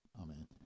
Amen